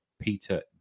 Peter